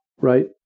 right